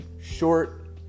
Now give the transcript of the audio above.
short